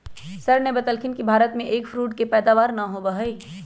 sir ने बतल खिन कि भारत में एग फ्रूट के पैदावार ना होबा हई